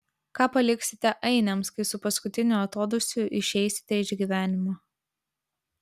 ką paliksite ainiams kai su paskutiniu atodūsiu išeisite iš gyvenimo